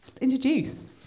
introduce